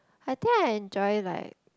I think I join like